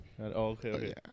okay